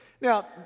Now